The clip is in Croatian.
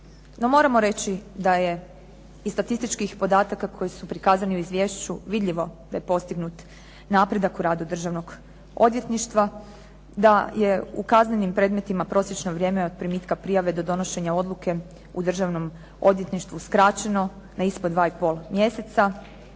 moramo reći da je iz statističkih podataka koji su prikazani u izvješću vidljivo da je postignut napredak u radu Državnog odvjetništva, da je u kaznenim predmetima prosječno vrijeme od primitka prijave do donošenja odluke u Državnom odvjetništvu skraćeno na ispod dva i pol mjeseca,